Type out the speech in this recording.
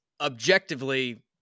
objectively